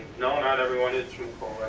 no, not everyone is truthful